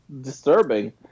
disturbing